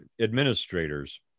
administrators